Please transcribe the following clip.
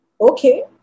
okay